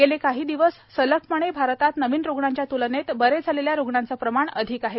गेले काही दिवस सलगपणे भारतात नवीन रुग्णांच्या तुलनेत बरे झालेल्या रुग्णांचं प्रमाण अधिक आहे